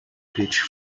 pitched